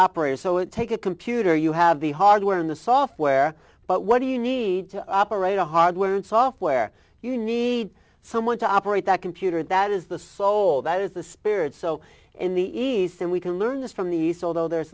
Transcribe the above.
operator so it take a computer you have the hardware and the software but what do you need to operate a hardware and software you need someone to operate that computer that is the soul that is the spirit so in the east and we can learn this from the soul though there